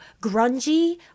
grungy